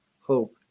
hope